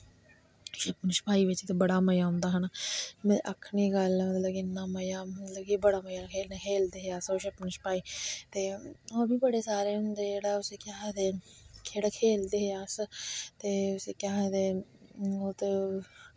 शप्पन शपाई बिच्च ते बड़ा मज़ा औंदा हा ना मतलव आक्खने गल्ल ऐ के मतलव इन्ना मज़ा मतलव कि बड़ा मज़ा खेलन खेलदे हे अस ओह् शप्पन शपाई ते होर बी बड़े सारे होंदे जेह्ड़ा उसी केह् आखदे केह्ड़ा खेलदे हे अस ते उसी केह् आखदे ओह् ते